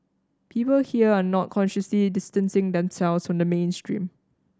people here are not consciously distancing themselves from the mainstream